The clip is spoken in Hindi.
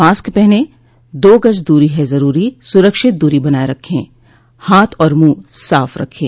मास्क पहनें दो गज दूरी है जरूरी सुरक्षित दूरी बनाए रखें हाथ और मुंह साफ रखें